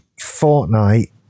Fortnite